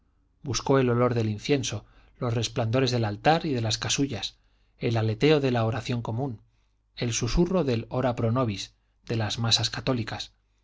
buscó el olor del incienso los resplandores del altar y de las casullas el aleteo de la oración común el susurro del ora pro nobis de las masas católicas